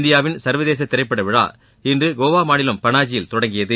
இந்தியாவின் சர்வதேச திரைப்படவிழா இன்று கோவா மாநிலம் பனாஜியில் தொடங்கியது